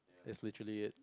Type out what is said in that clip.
that's literally it